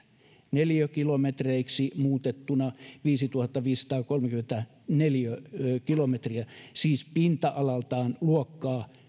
neliökilometreiksi muutettuna viisituhattaviisisataakolmekymmentä neliökilometriä siis pinta alaltaan luokkaa